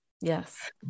yes